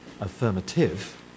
affirmative